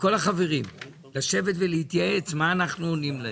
לכל החברים לשבת ולהתייעץ מה אנחנו עונים להם.